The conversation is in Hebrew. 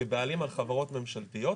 כבעלים על חברות ממשלתיות,